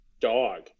dog